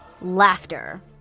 Laughter